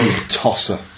Tosser